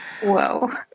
Whoa